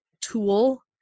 tool